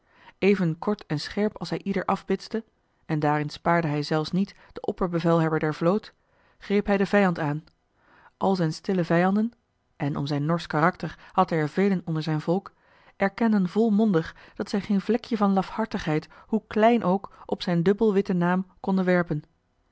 even kort en scherp als hij ieder afbitste en daarin spaarde hij zelfs niet de opperbevelhebber der vloot greep hij den vijand aan al zijn stille vijanden en om zijn norsch karakter had hij er velen onder zijn volk erkenden volmondig dat zij geen vlekje van lafhartigheid hoe klein ook op zijn dubbel witten naam